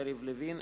יריב לוין,